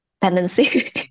tendency